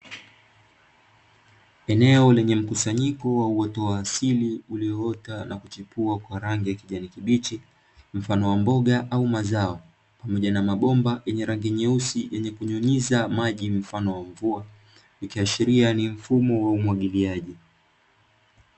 Eneo lenye mkusanyiko wa uoto wa asili ulioota na kuchipua kwa rangi ya kijani kibichi mfano wa mboga au mazao, pamoja na mabomba yenye rangi nyeusi yenye kunyunyiza maji mfano wa mvua, ikiashiria ni mfumo wa umwagiliaji